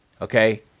okay